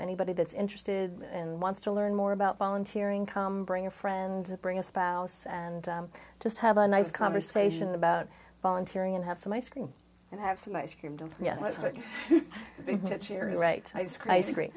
anybody that's interested and wants to learn more about volunteering come bring a friend bring a spouse and just have a nice conversation about volunteering and have some ice cream and have some ice cream don't ye